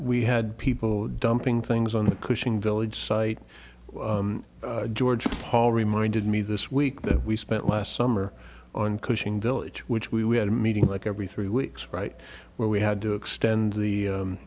we had people dumping things on the cushing village site george paul reminded me this week that we spent last summer on cushing village which we had a meeting like every three weeks right where we had to extend the